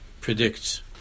predicts